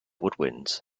woodwinds